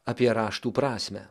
apie raštų prasmę